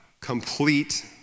complete